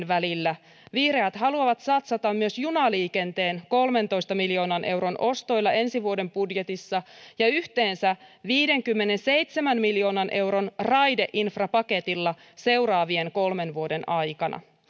välillä vihreät haluavat satsata myös junaliikenteen kolmentoista miljoonan euron ostoilla ensi vuoden budjetissa ja yhteensä viidenkymmenenseitsemän miljoonan euron raideinfrapaketilla seuraavien kolmen vuoden aikana